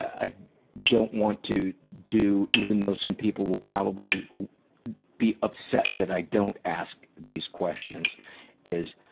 i don't want to do even though some people will probably be upset that i don't ask these questions is,